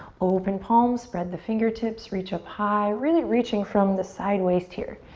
open palms, spread the fingertips, reach up high. really reaching from the side waist here.